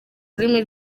rurimi